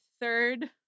third